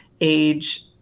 age